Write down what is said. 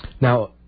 Now